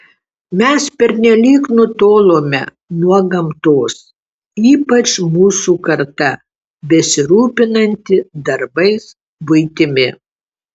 mes pernelyg nutolome nuo gamtos ypač mūsų karta besirūpinanti darbais buitimi